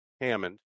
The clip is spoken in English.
Hammond